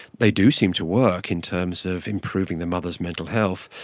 they do seem to work in terms of improving the mother's mental health,